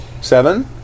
Seven